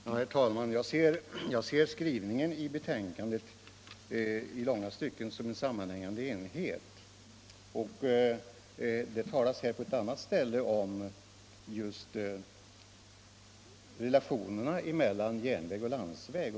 Herr talman! Jag ser skrivningen i betänkandet i långa stycken som en sammanhängande enhet. Det talas t.ex. på ett annat ställe om just relationerna mellan järnväg och landsväg.